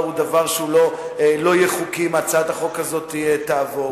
היא דבר שלא יהיה חוקי אם הצעת החוק הזאת תעבור.